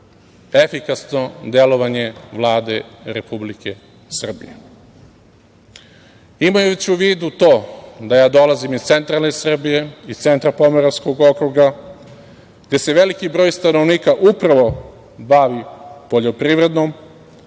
efikasno delovanje Vlade Republike Srbije. Imajući u vidu to da ja dolazim iz centralne Srbije, iz centra Pomoravskog okruga gde se veliki broj stanovnika upravo bavi poljoprivredom,